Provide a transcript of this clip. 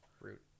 Root